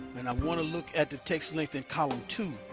and i want to look at the text length in column two.